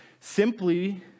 simply